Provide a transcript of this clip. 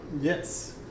yes